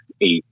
eight